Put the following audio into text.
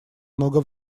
много